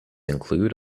include